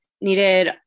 needed